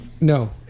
No